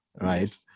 right